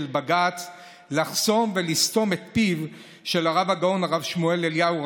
בג"ץ לחסום ולסתום את פיו של הרב הגאון הרב שמואל אליהו,